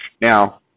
Now